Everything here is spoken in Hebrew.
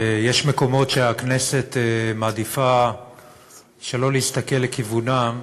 יש מקומות שהכנסת מעדיפה שלא להסתכל לכיוונם,